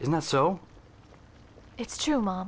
in that so it's to